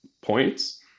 points